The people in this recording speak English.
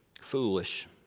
foolish